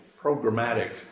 programmatic